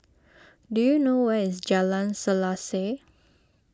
do you know where is Jalan Selaseh